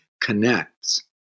connects